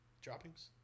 droppings